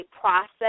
process